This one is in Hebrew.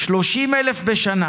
30,000 בשנה